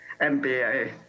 MBA